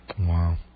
wow